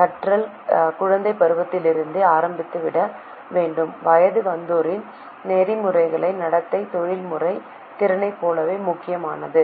கற்றல் குழந்தை பருவத்திலிருந்தே ஆரம்பிக்கப்பட வேண்டும் வயது வந்தோரின் நெறிமுறை நடத்தை தொழில்முறை திறனைப் போலவே முக்கியமானது